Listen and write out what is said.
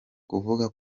kuvuga